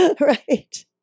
Right